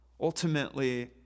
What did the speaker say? Ultimately